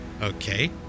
Okay